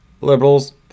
liberals